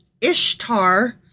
Ishtar